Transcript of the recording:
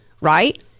right